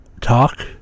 talk